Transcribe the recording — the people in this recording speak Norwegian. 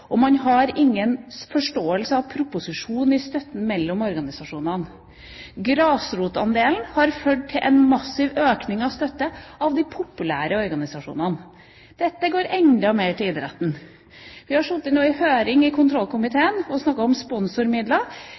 Og man har ingen forståelse av proporsjoner i støtten mellom organisasjonene. Grasrotandelen har ført til en massiv økning i støtten til de populære organisasjonene – det går enda mer til idretten. Vi i kontrollkomiteen har nå sittet i en høring og snakket om sponsormidler,